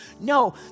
No